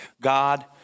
God